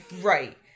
Right